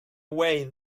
away